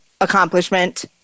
accomplishment